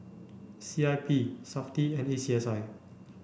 C I P SAFTI and A C S I